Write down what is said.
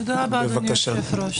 תודה רבה אדוני היושב ראש.